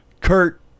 kurt